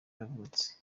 yavutse